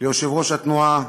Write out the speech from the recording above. ליושב-ראש התנועה,